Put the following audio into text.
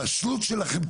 הבשלות שלכם,